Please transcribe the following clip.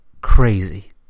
crazy